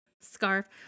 Scarf